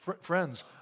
friends